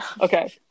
Okay